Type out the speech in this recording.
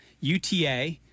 UTA